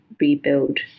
rebuild